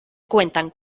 cuentan